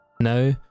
now